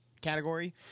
category